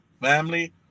family